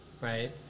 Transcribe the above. right